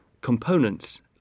components